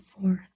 forth